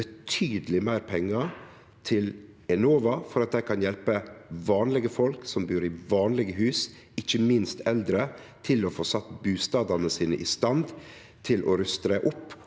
betydeleg meir pengar til Enova, for at dei kan hjelpe vanlege folk som bur i vanlege hus – ikkje minst eldre – til å få sett bustaden sin i stand, ruste han